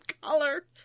color